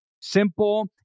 simple